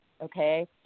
okay